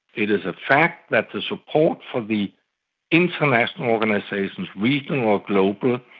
it is a fact that the support for the international organisations, regional or global,